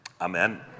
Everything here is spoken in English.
Amen